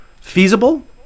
feasible